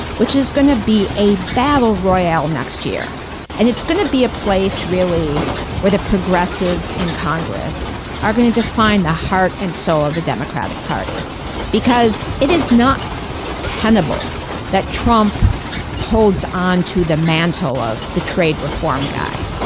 which is going to be a battle royale next year and it's going to be a place really where the progressives in congress are going to define the heart and soul of the democratic party because it is not tenable that trump holds onto the mantle of the trade reform guy,